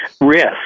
risk